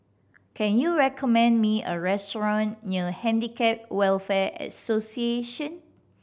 can you recommend me a restaurant near Handicap Welfare Association